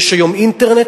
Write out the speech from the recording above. יש היום אינטרנט,